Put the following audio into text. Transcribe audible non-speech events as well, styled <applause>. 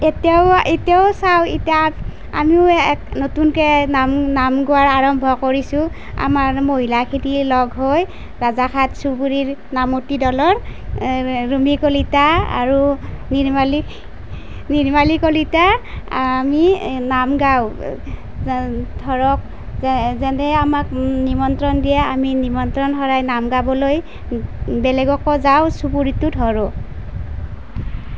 এতিয়াও এতিয়াও চাওঁ এতিয়া আমিও এক নতুনকৈ নাম নাম গোৱাৰ আৰম্ভ কৰিছোঁ আমাৰ মহিলাখিনি লগ হৈ ৰাজা ঘাট চুবুৰীৰ নামতি দলৰ ৰুমি কলিতা আৰু নিৰ্মালী নিৰ্মালী কলিতা আমি নাম গাওঁ <unintelligible> ধৰক যে যেনে আমাক নিমন্ত্ৰণ দিয়ে আমি নিমন্ত্ৰণ হ'লে নাম গাবলৈ বেলেগকো যাওঁ চুবুৰিটো ধৰোঁ